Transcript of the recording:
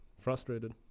frustrated